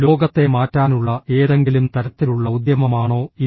ലോകത്തെ മാറ്റാനുള്ള ഏതെങ്കിലും തരത്തിലുള്ള ഉദ്യമമാണോ ഇത്